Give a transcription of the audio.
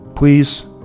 Please